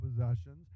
possessions